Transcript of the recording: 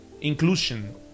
inclusion